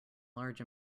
large